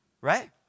Right